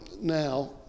now